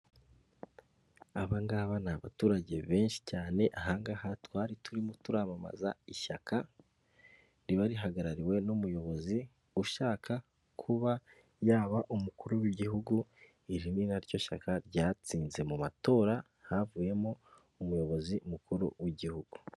Aba ngaba ni abaturage benshi cyane aha ngaha twari turimo turamamaza ishyaka riba rihagarariwe n'umuyobozi ushaka kuba yaba umukuru w'igihugu, iri ni naryo shyaka ryatsinze mu matora havuyemo umuyobozi mukuru w'igihugu.